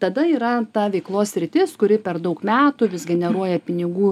tada yra ta veiklos sritis kuri per daug metų vis generuoja pinigų